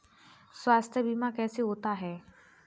स्वास्थ्य बीमा कैसे होता है?